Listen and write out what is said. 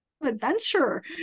adventure